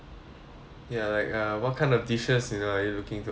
ya like uh what kind of dishes you know are you looking to order